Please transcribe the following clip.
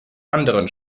anderen